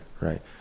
right